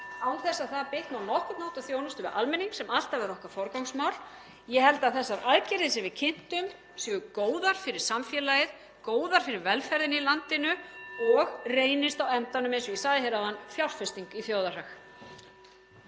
án þess að það bitni á nokkurn hátt á þjónustu við almenning sem alltaf er okkar forgangsmál. Ég held að þessar aðgerðir sem við kynntum séu góðar fyrir samfélagið, góðar fyrir velferðina í landinu (Forseti hringir.) og reynist á endanum, eins og ég sagði áðan, fjárfesting í þjóðarhag.